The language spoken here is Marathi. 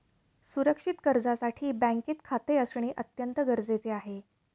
सुरक्षित कर्जासाठी बँकेत खाते असणे अत्यंत गरजेचे आहे